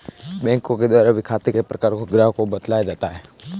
बैंकों के द्वारा भी खाते के प्रकारों को ग्राहकों को बतलाया जाता है